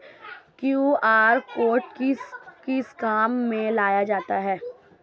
QR code किस किस काम में लिया जाता है?